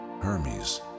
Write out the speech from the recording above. Hermes